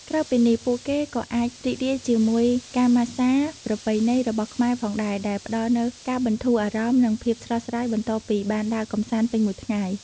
ក្រៅពីនេះ ពួកគេក៏អាចរីករាយជាមួយការម៉ាស្សាប្រពៃណីរបស់ខ្មែរផងដែរ ដែលផ្តល់នូវការបន្ធូរអារម្មណ៍ និងភាពស្រស់ស្រាយបន្ទាប់ពីបានដើរកម្សាន្តពេញមួយថ្ងៃ។